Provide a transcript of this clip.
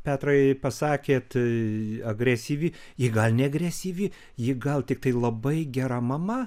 petrai pasakėt agresyvi ji gal ne agresyvi ji gal tiktai labai gera mama